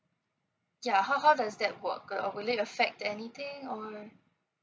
ya how how does that work uh will it affect anything or